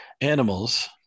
animals